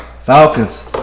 Falcons